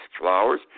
flowers